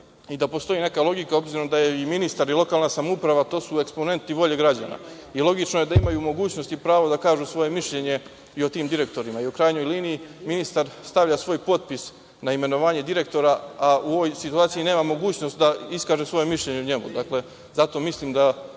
da postoji neka logika, obzirom da su ministar i lokalna samouprava eksponenti volje građana i logično je da imaju mogućnost i pravo da kažu svoje mišljenje o tim direktorima. U krajnjoj liniji, ministar stavlja svoj potpis na imenovanje direktora, a u ovoj situaciji nema mogućnost da iskaže svoje mišljenje o njemu. Zato mislim da